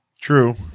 True